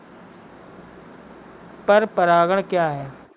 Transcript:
पर परागण क्या है?